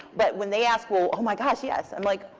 but when they ask, well, oh, my gosh, yes. i'm like,